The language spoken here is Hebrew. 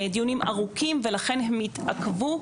דיונים ארוכים ולכן הם התעכבו,